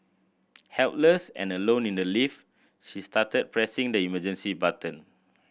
helpless and alone in the lift she started pressing the emergency button